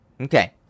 okay